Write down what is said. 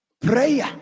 Prayer